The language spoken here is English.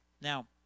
Now